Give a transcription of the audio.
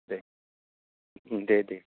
दे दे दे